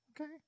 okay